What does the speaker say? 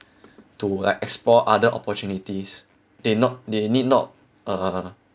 to like explore other opportunities they not they need not uh